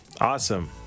Awesome